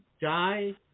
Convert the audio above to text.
die